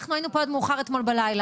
אנחנו היינו פה עד מאוחר אתמול בלילה,